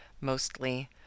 mostly